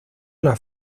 una